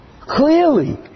Clearly